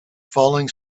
falling